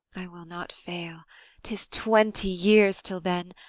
i will not fail tis twenty years till then.